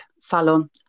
salon